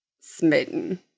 smitten